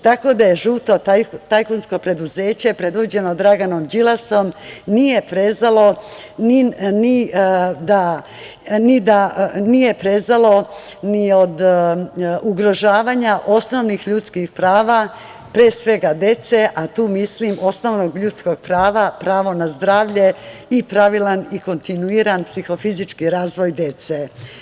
Tako da žuto tajkunsko preduzeće predvođeno Draganom Đilasom nije prezalo ni od ugrožavanja osnovnih ljudskih prava pre svega dece, a tu i osnovnog ljudskog prava, a to je pravo na zdravlje i pravilan i kontinuiran psihofizički razvoj dece.